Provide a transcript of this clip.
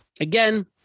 again